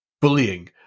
bullying